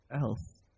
else